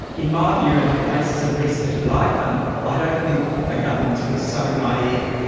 in my view and on the basis of research that i've done, i don't think that the governments were so naive.